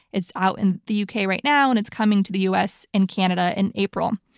it's out in the u. k. right now and it's coming to the u. s. and canada in april.